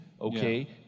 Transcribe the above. okay